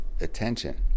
attention